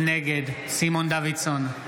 נגד סימון דוידסון,